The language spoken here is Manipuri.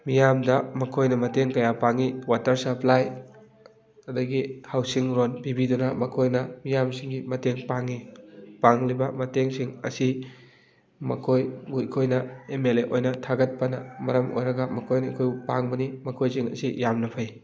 ꯃꯤꯌꯥꯝꯗ ꯃꯈꯣꯏꯅ ꯃꯇꯦꯡ ꯀꯌꯥ ꯄꯥꯡꯉꯤ ꯋꯥꯇꯔ ꯁꯄ꯭ꯂꯥꯏ ꯑꯗꯒꯤ ꯍꯥꯎꯁꯤꯡ ꯂꯣꯟ ꯄꯤꯕꯤꯗꯨꯅ ꯃꯈꯣꯏꯅ ꯃꯤꯌꯥꯝꯁꯤꯡꯒꯤ ꯃꯇꯦꯡ ꯄꯥꯡꯉꯤ ꯄꯥꯡꯂꯤꯕ ꯃꯇꯦꯡꯁꯤꯡ ꯑꯁꯤ ꯃꯈꯣꯏꯕꯨ ꯑꯩꯈꯣꯏꯅ ꯑꯦꯝ ꯑꯦꯜ ꯑꯦ ꯑꯣꯏꯅ ꯊꯥꯒꯠꯄꯅ ꯃꯔꯝ ꯑꯣꯏꯔꯒ ꯃꯈꯣꯏꯅ ꯑꯩꯈꯣꯏꯕꯨ ꯄꯥꯡꯕꯅꯤ ꯃꯈꯣꯏꯁꯤꯡ ꯑꯁꯤ ꯌꯥꯝꯅ ꯐꯩ